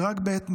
ורק בעת משבר.